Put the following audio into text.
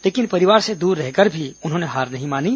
लेकिन परिवार से दूर रहकर भी उन्होंने हार नहीं मानी